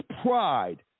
pride